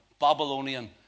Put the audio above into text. Babylonian